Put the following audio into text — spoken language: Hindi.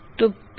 तो P2k14